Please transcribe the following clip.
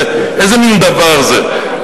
איזה מין דבר זה?